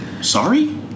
Sorry